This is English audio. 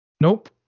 nope